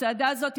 הצעדה הזאת,